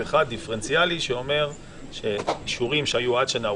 אחד דיפרנציאלי שאומר שאישורים שהיו עד שנה,